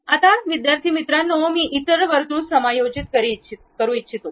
आता मी इतर वर्तुळ समायोजित करू इच्छितो